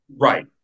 Right